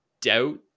doubt